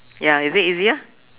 ya is it easier